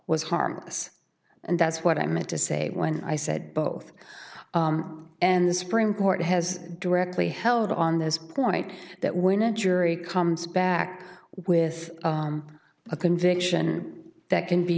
was harmless and that's what i meant to say when i said both and the supreme court has directly held on this point that when a jury comes back with a conviction that can be